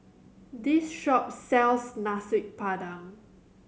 this shop sells Nasi Padang